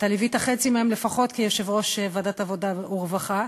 אתה ליווית חצי מהן לפחות כיושב-ראש ועדת העבודה והרווחה.